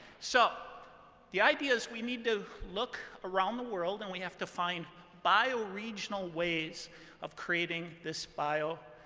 so the idea is we need to look around the world and we have to find bio-regional ways of creating this biofuel